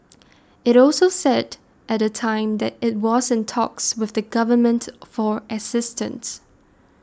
it also said at the time that it was in talks with the Government for assistance